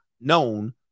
known